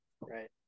Right